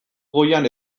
goian